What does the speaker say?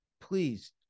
please